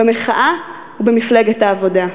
במחאה ובמפלגת העבודה.